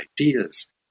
ideas